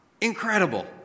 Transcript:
Incredible